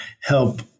help